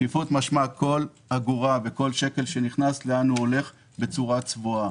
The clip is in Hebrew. משמע שכל אגורה וכל שקל שנכנס קבוע לאן הוא הולך וזה צבוע,